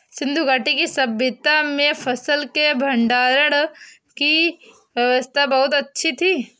सिंधु घाटी की सभय्ता में फसल के भंडारण की व्यवस्था बहुत अच्छी थी